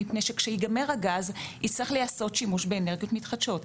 מפני שכשייגמר הגז יצטרך להיעשות שימוש באנרגיות מתחדשות.